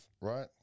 Right